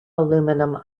aluminum